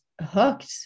hooked